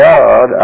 God